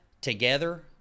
together